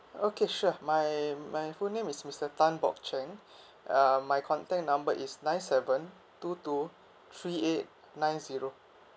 okay sure my my full name is mister tan bock cheng um my contact number is nine seven two two three eight nine zero